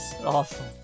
awesome